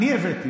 אני הבאתי,